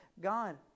God